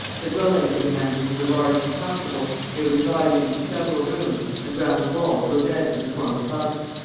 the dwellings of the mandans were large and comfortable they were divided into several rooms and round the walls were beds in the form of bunks.